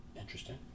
Interesting